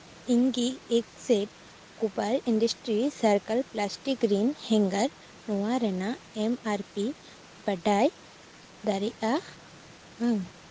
ᱤᱧ ᱜᱤ ᱮᱹᱠ set Kuber industries circles plastic ᱨᱤᱱ ᱦᱮᱝᱜᱟᱨ ᱱᱚᱣᱟ ᱨᱮᱱᱟᱜ ᱮᱢ ᱟᱨ ᱯᱤ ᱵᱟᱰᱟᱭ ᱫᱟᱲᱮᱭᱟᱜ ᱟᱹᱧ